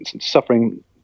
suffering